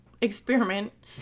experiment